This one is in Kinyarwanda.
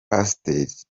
pasiteri